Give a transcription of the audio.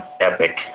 epic